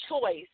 choice